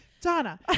Donna